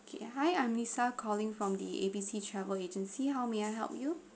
okay hi I'm lisa calling from the A B C travel agency how may I help you